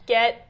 Get